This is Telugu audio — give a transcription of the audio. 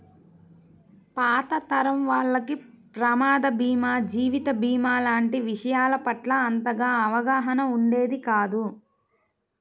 పాత తరం వాళ్లకి ప్రమాద భీమా, జీవిత భీమా లాంటి విషయాల పట్ల అంతగా అవగాహన ఉండేది కాదు